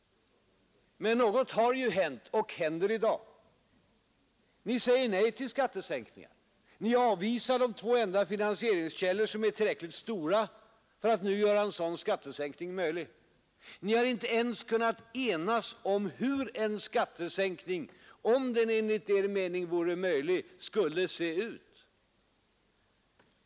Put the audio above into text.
Men något har ju hänt och händer i dag. Ni säger nej till skattesänkningar och avvisar de två enda finansieringskällor som är tillräckligt stora för att nu göra en sådan skattesänkning möjlig. Ni har inte ens kunnat enas om hur en skattesänkning, om den enligt er mening vore möjlig, skulle se ut.